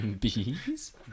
Bees